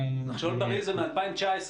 "נחשול בריא" זה מ-2019.